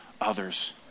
others